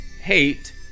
hate